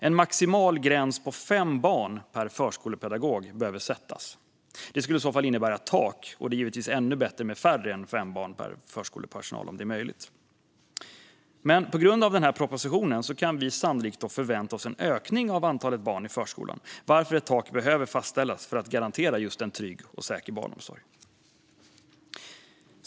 En maximal gräns på fem barn per förskolepedagog behöver sättas. Detta skulle i så fall innebära ett tak. Det är givetvis ännu bättre med färre än fem barn per förskolepersonal. Men på grund av propositionen kan vi sannolikt förvänta oss en ökning av antalet barn i förskolan, varför ett tak behöver fastställas för att garantera en trygg och säker barnomsorg.